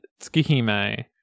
tsukihime